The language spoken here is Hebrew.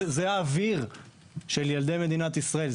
זה האוויר של ילדי מדינת ישראל,